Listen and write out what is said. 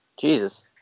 Jesus